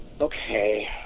okay